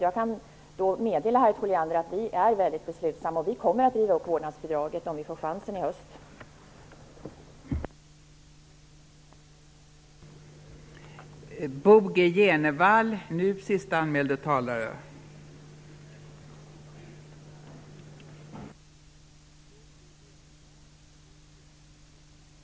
Jag kan meddela Harriet Colliander att vi är mycket beslutsamma och att vi kommer att riva upp vårdnadsbidraget, om vi får chansen till det i höst.